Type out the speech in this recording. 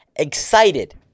excited